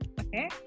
okay